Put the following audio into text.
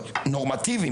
נורמטיביים,